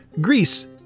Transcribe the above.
Greece